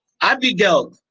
Abigail